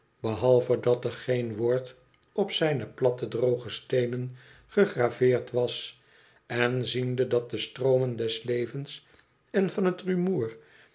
behalve dat ér geen woord op zijne platte droge steenen gegraveerd was en ziende dat de stroomen des levens en van t rumoer